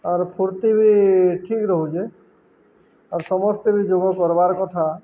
ଆର୍ ଫୁର୍ତ୍ତି ବି ଠିକ ରହୁଚେ ଆର୍ ସମସ୍ତେ ବି ଯୋଗ କରବାର୍ କଥା